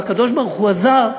והקדוש-ברוך-הוא עזר,